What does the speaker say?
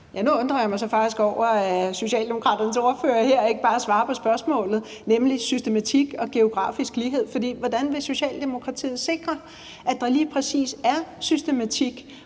Ja, nu undrer jeg mig så faktisk over, at Socialdemokraternes ordfører her ikke bare svarer på spørgsmålet, nemlig systematik og geografisk lighed. For hvordan vil Socialdemokratiet sikre, at der lige præcis er systematik